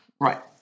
Right